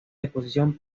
disposición